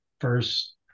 first